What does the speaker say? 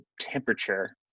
temperature